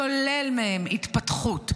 שולל מהם התפתחות,